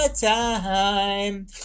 time